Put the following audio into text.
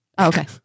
Okay